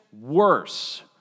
worse